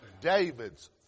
David's